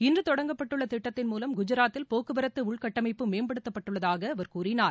இன்று தொடங்கப்பட்டுள்ள திட்டத்தின் மூலம் குஜராத்தில் போக்குவரத்து உட்கட்டமைப்பு மேம்படுத்தப்பட்டுள்ளதாக அவர் கூறினார்